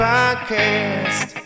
Podcast